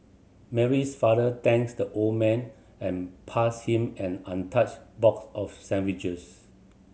Mary's father thanks the old man and passed him an untouched box of sandwiches